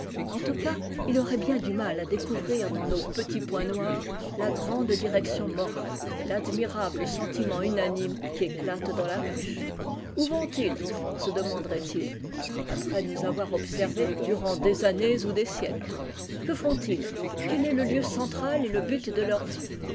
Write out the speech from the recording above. en tout cas il aurait bien du mal à découvrir dans c nos petits points noirs la grande direction morale tadmirable sentiment unanime qui éclate dans la ruche oii vont-ils se demanderait il après nous avoir observés durant des années ou des siècles que font-ils quel est le lieu central et le but de leur vie